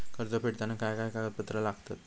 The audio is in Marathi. कर्ज फेडताना काय काय कागदपत्रा लागतात?